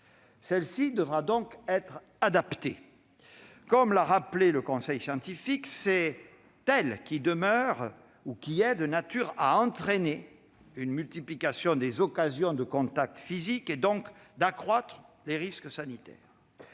celle-ci devra donc être adaptée. Comme l'a rappelé le conseil scientifique, c'est elle qui est de nature à entraîner une multiplication des occasions de contacts physiques, donc d'accroître les risques sanitaires.